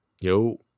Yo